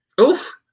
Oof